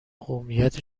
قومیت